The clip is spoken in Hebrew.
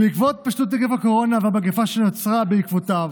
בעקבות התפשטות נגיף הקורונה והמגפה שנוצרה בעקבותיו